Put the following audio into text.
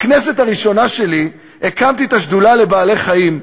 בכנסת הראשונה שלי הקמתי את השדולה לבעלי-חיים.